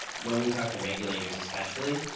when we talk to regulators, especially,